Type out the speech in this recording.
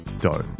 dough